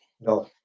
no